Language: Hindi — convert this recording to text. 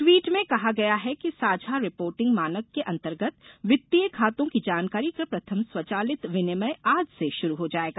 ट्वीट में कहा गया है कि साझा रिपोर्टिंग मानक के अंतर्गत वित्तीय खातों की जानकारी का प्रथम स्वचालित विनिमय आज से शुरू हो जायेगा